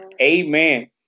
Amen